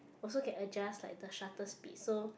also can adjust like the shutter speed so